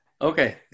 Okay